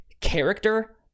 character